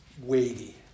weighty